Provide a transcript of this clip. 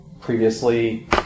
previously